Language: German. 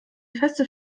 feste